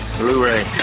Blu-ray